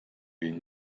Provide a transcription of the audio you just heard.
wir